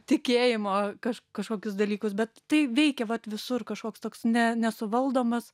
tikėjimo kažk kažkokius dalykus bet tai veikia vat visur kažkoks toks ne nesuvaldomas